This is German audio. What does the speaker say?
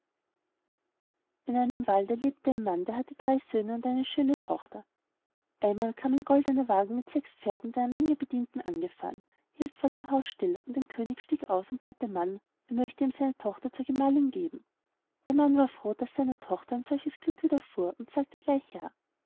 in einem walde lebte ein mann der hatte drei söhne und eine schöne tochter einmal kam ein goldener wagen mit sechs pferden und einer menge bedienten angefahren hielt vor dem haus still und ein könig stieg aus und bat den mann er möchte ihm seine tochter zur gemahlin geben der mann war froh daß seiner tochter ein solches glück widerfuhr und sagte